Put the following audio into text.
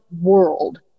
world